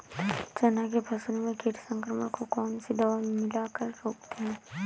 चना के फसल में कीट संक्रमण को कौन सी दवा मिला कर रोकते हैं?